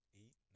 eight